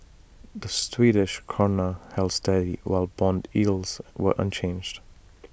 the Swedish Krona held steady while Bond yields were unchanged